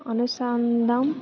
అనుసంధం